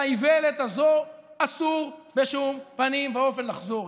על האיוולת הזאת אסור בשום פנים ואופן לחזור.